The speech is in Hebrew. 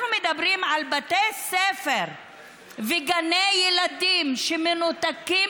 אנחנו מדברים על בתי ספר וגני ילדים שמנותקים